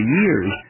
years